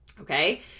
Okay